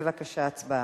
בבקשה, הצבעה.